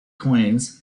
coins